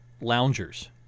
loungers